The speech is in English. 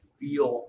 feel